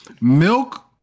milk